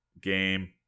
game